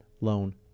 loan